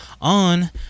on